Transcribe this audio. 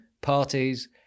parties